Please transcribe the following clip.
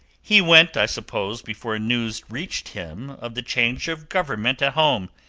he went, i suppose, before news reached him of the change of government at home,